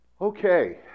Okay